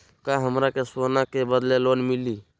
का हमरा के सोना के बदले लोन मिलि?